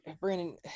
Brandon